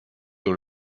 dans